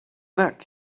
neck